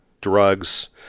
drugs